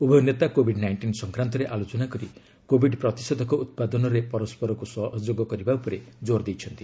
ଉଭୟ ନେତା COVID nineteen ସଂକ୍ରାନ୍ତରେ ଆଲୋଚନା କରି କୋଭିଡ୍ ପ୍ରତିଷେଧକ ଉତ୍ପାଦନରେ ପରସ୍କରକୁ ସହଯୋଗା କରିବା ଉପରେ ଜୋର ଦେଇଛନ୍ତି